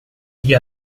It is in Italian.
gli